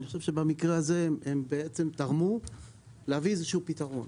ואני חושב שבמקרה הזה הם בעצם תרמו להביא איזשהו פתרון.